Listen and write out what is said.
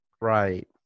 right